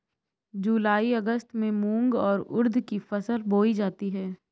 जूलाई अगस्त में मूंग और उर्द की फसल बोई जाती है